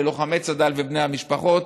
ללוחמי צד"ל ובני המשפחות,